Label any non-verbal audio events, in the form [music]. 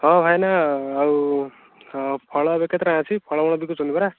ହଁ ଭାଇନା ଆଉ ଫଳ ଏବେ କେତେ ଟଙ୍କା ଅଛି ଫଳ [unintelligible] ବିକୁଛନ୍ତି ପରା